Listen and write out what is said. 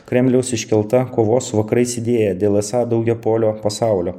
kremliaus iškelta kovos su vakarais idėja dėl esą daugiapolio pasaulio